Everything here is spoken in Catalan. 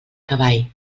cavall